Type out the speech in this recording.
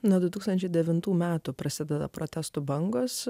nuo du tūkstančiai devintų metų prasideda protestų bangos